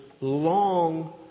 long